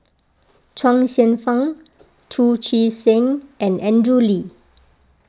Chuang Hsueh Fang Chu Chee Seng and Andrew Lee